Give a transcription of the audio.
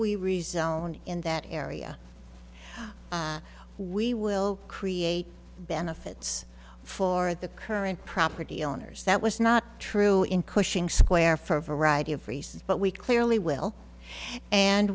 that area we will create benefits for the current property owners that was not true in cushing square for a variety of reasons but we clearly will and